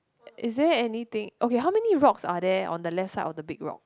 is there anything okay how many rocks are there on the left side of the big rock